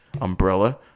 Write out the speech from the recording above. umbrella